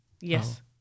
yes